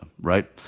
Right